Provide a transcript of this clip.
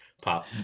pop